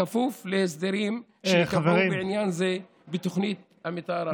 כפוף להסדרים שייקבעו בעניין זה בתוכנית המתאר הארצית.